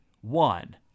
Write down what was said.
one